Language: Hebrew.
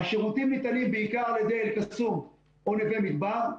השירותים ניתנים בעיקר על ידי אל קסום או נווה מדבר.